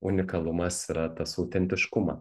unikalumas yra tas autentiškuma